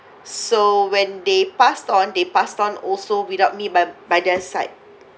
so when they passed on they passed on also without me by by their side